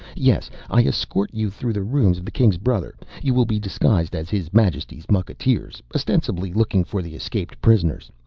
yes, i escort you through the rooms of the king's brother. you will be disguised as his majesty's mucketeers, ostensibly looking for the escaped prisoners.